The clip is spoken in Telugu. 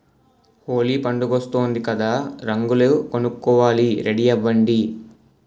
హోలీ పండుగొస్తోంది కదా రంగులు కొనుక్కోవాలి రెడీ అవ్వండి